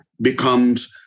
becomes